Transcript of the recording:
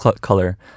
color